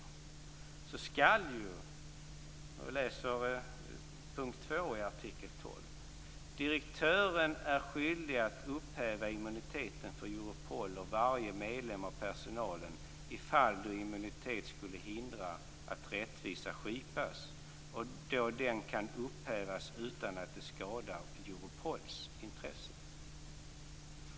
Under punkten 2 i artikel 12 står det så här: "Direktören är skyldig att upphäva immuniteten för Europol och varje medlem av personalen i fall då immuniteten skulle hindra att rättvisa skipas och då den kan upphävas utan att detta skadar Europols intressen."